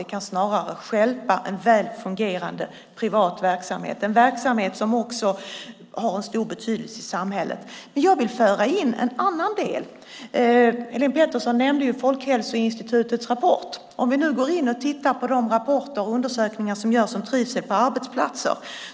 Det kan snarare stjälpa en väl fungerande privat verksamhet, en verksamhet som också har en stor betydelse i samhället. Men jag vill föra in en annan del. Helene Petersson nämnde Folkhälsoinstitutets rapport. Vi kan gå in och titta på de rapporter och undersökningar som görs om trivsel på arbetsplatser.